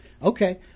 Okay